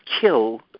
kill